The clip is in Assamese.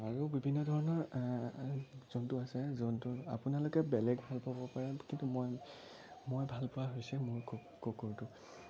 আৰু বিভিন্ন ধৰণৰ জন্তু আছে জন্তু আপোনালোকে বেলেগ ভাল পাব পাৰে পাৰে কিন্তু মই মই ভালপোৱা হৈছে মোৰ কুকুৰটো